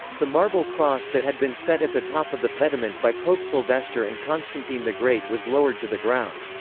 the marble cross that had been set at the top of the pediment by pope sylvester and constantine the great was lowered to the ground.